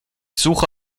suche